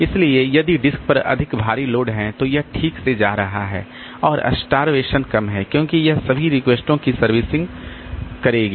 इसलिए यदि डिस्क पर अधिक भारी लोड है तो यह ठीक से जा रहा है और स्टार्वेशन कम है क्योंकि यह सभी रिक्वेस्टों की सर्विसिंग होगी